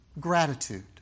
gratitude